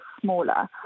smaller